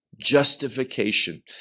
justification